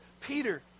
Peter